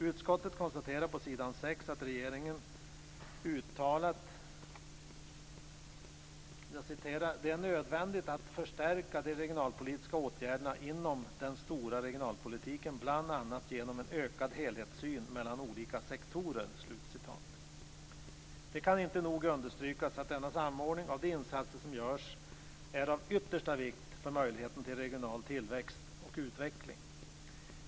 Utskottet konstaterar på s. 6 att regeringen uttalat att "det är nödvändigt att förstärka de regionalpolitiska åtgärderna inom den stora regionalpolitiken, bl.a. genom en ökad helhetssyn mellan olika sektorer." Det kan inte nog understrykas att denna samordning av de insatser som görs är av yttersta vikt för möjligheten till regional tillväxt och utveckling.